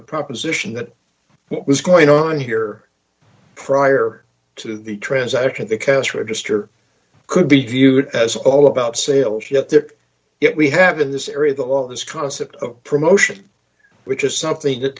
your proposition that what was going on here prior to the transaction the cash register could be viewed as all about sales yet we have in this area all this concept of promotion which is something that